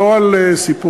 ולא על סיפורים.